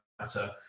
matter